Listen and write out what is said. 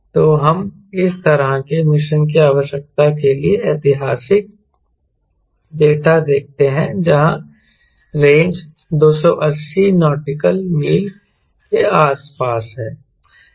तो हम इस तरह के मिशन की आवश्यकता के लिए ऐतिहासिक डेटा देखते हैं जहां रेंज 280 नॉटिकल मील के आसपास है